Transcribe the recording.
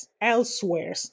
elsewhere